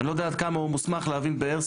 אני לא יודע עד כמה הוא מוסמך להבין באיירסופט,